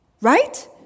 right